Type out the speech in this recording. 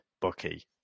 Bucky